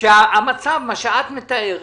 שמה שאת מתארת,